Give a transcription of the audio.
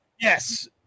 Yes